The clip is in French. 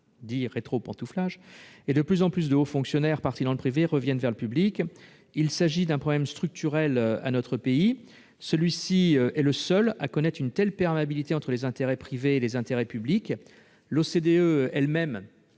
le rétropantouflage. De plus en plus de hauts fonctionnaires partis dans le privé reviennent vers le public. Il s'agit d'un problème structurel à notre pays, qui est le seul à connaître une telle perméabilité entre les intérêts privés et les intérêts publics. L'Organisation